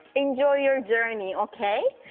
enjoy your journey, okay?